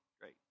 great